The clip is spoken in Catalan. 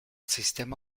sistema